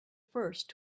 first